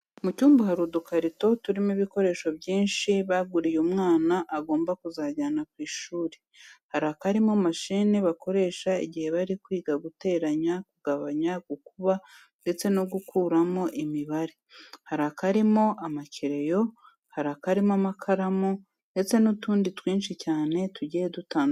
Mu cyumba hari udukarito turimo ibikoresho byinshi baguriye umwana agomba kuzajyana ku ishuri. Hari akarimo mashine bakoresha igihe bari kwiga guteranya, kugabanya, gukuba ndetse no gukuramo imibare, hari akarimo amakereyo, hari akarimo amakaramu ndetse n'utundi twinshi cyane tugiye dutandukanye.